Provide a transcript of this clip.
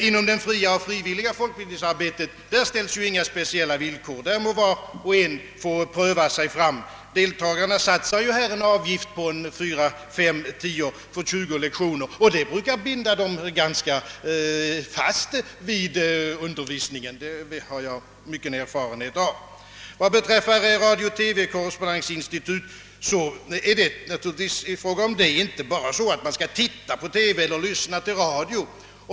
Inom det fria och frivilliga folkbildningsarbetet ställs däremot inga speciella villkor; där får var och en pröva sig fram. Deltagarna satsar en avgift på fyra, fem tior för 20 lektioner, och det brukar binda dem ganska fast vid undervisningen — det har jag stor erfarenhet av. Vad beträffar radiooch TV-korrespondensinstitutet är avsikten givetvis inte, att man bara skall titta på TV eller lyssna på radio.